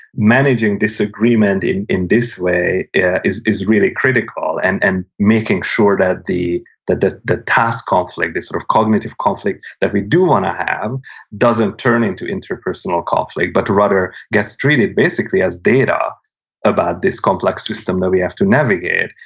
managing disagreement in in this way is is really critical and and making sure that the that the task conflict, the sort of cognitive conflict, that we do want to have doesn't turn into interpersonal conflict, but rather gets treated basically as data about this complex system that we have to navigate,